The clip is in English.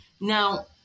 Now